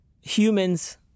humans